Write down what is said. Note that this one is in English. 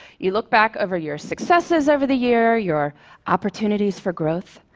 you look back over your successes over the year, your opportunities for growth.